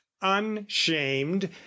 unshamed